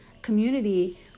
community